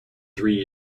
three